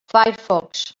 firefox